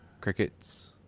Crickets